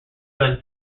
guns